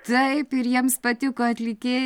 taip ir jiems patiko atlikėja